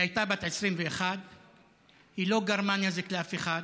היא הייתה בת 21. היא לא גרמה נזק לאף אחד,